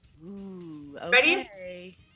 Ready